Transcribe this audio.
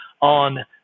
on